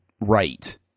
right